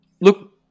Look